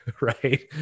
Right